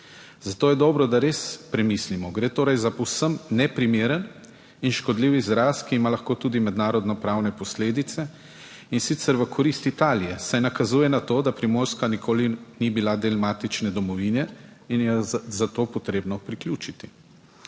zato je dobro, da res premislimo, gre torej za povsem neprimeren in škodljiv izraz, ki ima lahko tudi mednarodno pravne posledice in sicer v korist Italije, saj nakazuje na to, da Primorska nikoli ni bila del matične domovine in jo je za to potrebno priključiti.